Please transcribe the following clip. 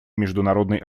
международной